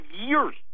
years